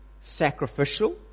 sacrificial